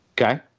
Okay